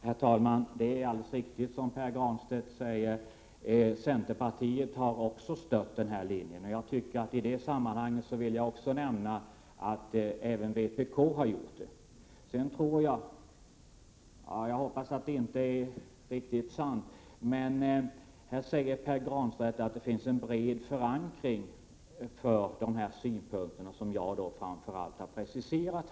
Herr talman! Det är alldeles riktigt som Pär Granstedt säger. Centerpartiet har också stött vår linje. I det sammanhanget vill jag också nämna att även vpk har gjort det. Jag vet inte om det är sant, men Pär Granstedt säger att det finns en bred förankring för de synpunkter som jag här har preciserat.